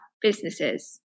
businesses